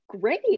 great